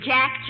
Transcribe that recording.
Jack